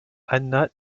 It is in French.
anna